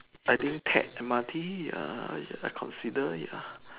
I think take M_R_T ya I consider ya